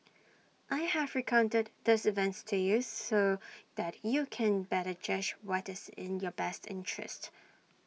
I have recounted these events to you so that you can better judge what is in your best interests